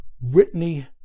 Whitney